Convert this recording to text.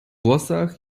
włosach